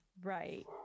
right